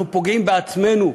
אנחנו פוגעים בעצמנו,